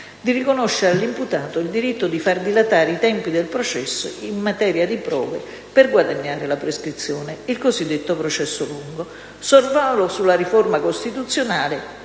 di riconoscere all'imputato il diritto a far dilatare i tempi del processo in materia di prove per guadagnare la prescrizione (il cosiddetto processo lungo). Sorvolo sulla riforma costituzionale